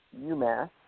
UMass